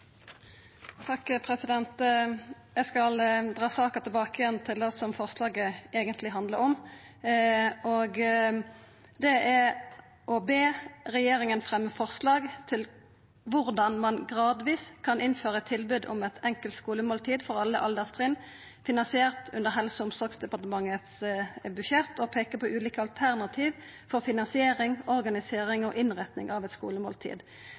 skal dra saka tilbake til det som forslaget eigentleg handlar om. Det er å be «regjeringen fremme forslag om hvordan man gradvis kan innføre tilbud om et enkelt skolemåltid for alle alderstrinn, finansiert over Helse- og omsorgsdepartementets budsjett», og at det «må pekes på ulike alternativer for finansiering, organisering og innretning av